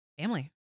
family